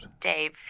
Dave